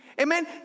Amen